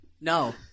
No